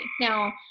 Now